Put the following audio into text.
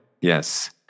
Yes